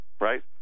right